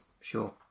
Sure